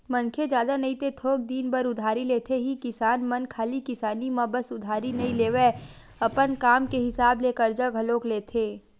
मनखे जादा नई ते थोक दिन बर उधारी लेथे ही किसान मन खाली किसानी म बस उधारी नइ लेवय, अपन काम के हिसाब ले करजा घलोक लेथे